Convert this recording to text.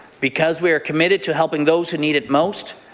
because we are committed to helping those who need it most,